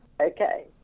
Okay